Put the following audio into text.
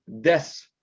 death